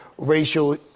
Racial